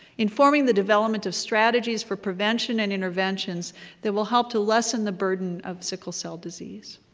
informing the development of strategies for prevention and interventions that will help to lessen the burden of sickle cell disease.